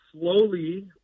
slowly